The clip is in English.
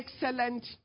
excellent